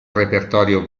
repertorio